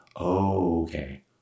okay